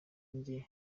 njye